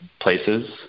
places